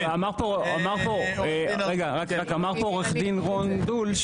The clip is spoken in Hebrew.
מבין שזה פוליטי?